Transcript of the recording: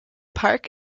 park